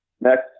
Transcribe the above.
Next